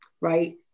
right